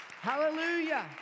Hallelujah